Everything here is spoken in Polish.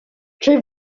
czy